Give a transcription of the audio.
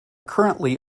currently